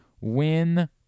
win